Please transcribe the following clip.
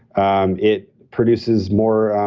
um it produces more